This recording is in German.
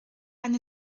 eine